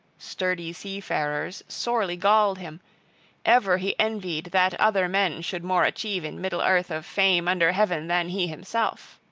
sturdy seafarer's, sorely galled him ever he envied that other men should more achieve in middle-earth of fame under heaven than he himself.